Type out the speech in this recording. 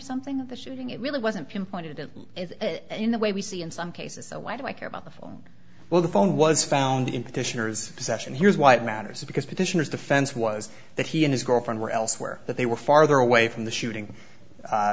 something of the shooting it really wasn't pinpointed to it in the way we see in some cases so why do i care about the phone well the phone was found in petitioner's possession here's why it matters because petitioners defense was that he and his girlfriend were elsewhere that they were farther away from the shooting